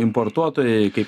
importuotojai kaip